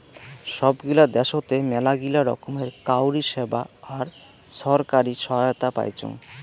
সব গিলা দ্যাশোতে মেলাগিলা রকমের কাউরী সেবা আর ছরকারি সহায়তা পাইচুং